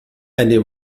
eine